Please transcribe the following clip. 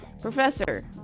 Professor